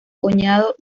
cuñado